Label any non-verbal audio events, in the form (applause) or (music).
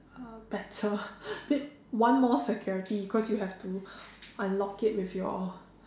uh better (laughs) need one more security cause you have to unlock it with your